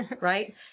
right